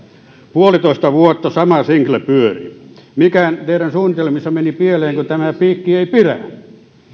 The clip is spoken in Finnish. puolitoista vuotta sama single pyöri mikä teidän suunnitelmissanne meni pieleen kun tämä piikki ei pidä